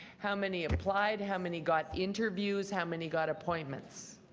how many applied? how many got interviews? how many got appointments?